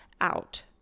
out